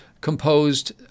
composed